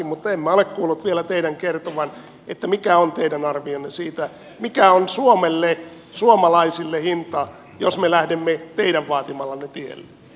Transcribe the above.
mutta en minä ole kuullut vielä teidän kertovan mikä on teidän arvionne siitä mikä on suomelle suomalaisille hinta jos me lähdemme teidän vaatimallenne tielle